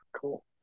Cool